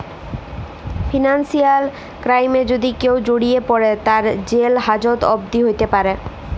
financial ক্রাইমে যদি কেউ জড়িয়ে পরে, তার জেল হাজত অবদি হ্যতে প্যরে